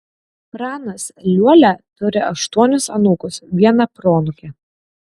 pranas liuolia turi aštuonis anūkus vieną proanūkę